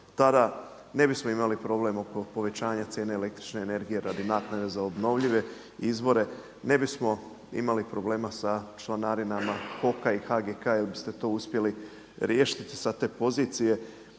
Tada ne bismo imali problem oko povećanja cijene električne energije radi naknade za obnovljive izvore, ne bismo imali problema sa članarinama HOK-a i HGK jer biste to uspjeli riješiti sa te pozicije.